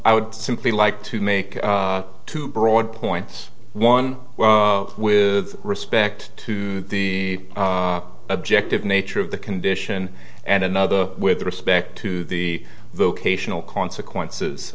i would simply like to make two broad points one with respect to the objective nature of the condition and another with respect to the vocational consequences